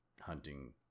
hunting